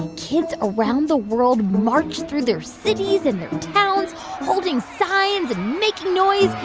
kids around the world marched through their cities and their towns, holding signs and making noise,